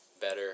better